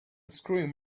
unscrewing